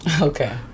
Okay